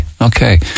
okay